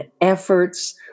efforts